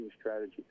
strategy